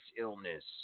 illness